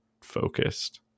focused